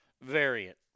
variant